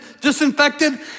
disinfected